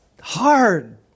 hard